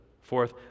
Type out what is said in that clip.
Fourth